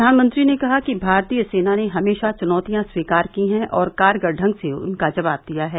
प्रधानमंत्री ने कहा कि भारतीय सेना ने हमेशा चुनौतियां स्वीकार की हैं और कारगर ढंग से उनका जवाब दिया है